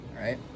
Right